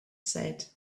said